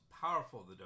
powerful